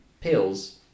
pills